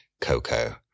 Coco